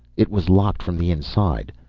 it was locked from the inside.